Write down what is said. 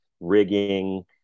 rigging